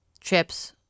chips